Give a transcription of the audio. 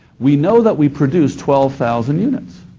we know that we produced twelve thousand units.